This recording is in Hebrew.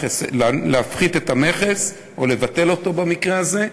להפחית את המכס או לבטל אותו במקרה הזה,